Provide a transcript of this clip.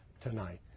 tonight